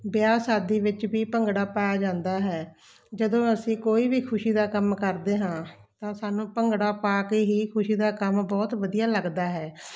ਵਿਆਹ ਸ਼ਾਦੀ ਵਿੱਚ ਵੀ ਭੰਗੜਾ ਪਾਇਆ ਜਾਂਦਾ ਹੈ ਜਦੋਂ ਅਸੀਂ ਕੋਈ ਵੀ ਖੁਸ਼ੀ ਦਾ ਕੰਮ ਕਰਦੇ ਹਾਂ ਤਾਂ ਸਾਨੂੰ ਭੰਗੜਾ ਪਾ ਕੇ ਹੀ ਖੁਸ਼ੀ ਦਾ ਕੰਮ ਬਹੁਤ ਵਧੀਆ ਲੱਗਦਾ ਹੈ